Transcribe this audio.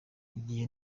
igihe